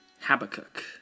Habakkuk